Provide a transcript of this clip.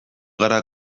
gara